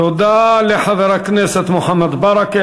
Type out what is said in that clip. תודה לחבר הכנסת מוחמד ברכה.